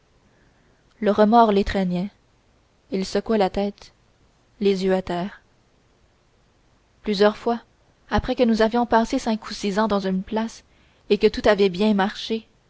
le remords l'étreignait il secouait la tête les yeux à terre plusieurs fois après que nous avions passé cinq ou six ans dans une place et que tout avait bien marché